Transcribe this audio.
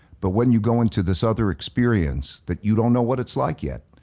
but when you go into this other experience that you don't know what it's like yet,